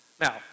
Now